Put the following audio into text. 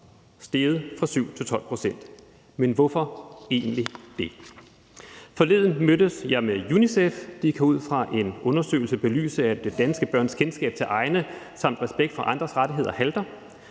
steget fra 7 til 12 pct. Men hvorfor egentlig det? Forleden mødtes jeg med UNICEF. De kan ud fra en undersøgelse belyse, at danske børns kendskab til egne samt respekt for andres rettigheder halter.